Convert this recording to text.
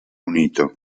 unito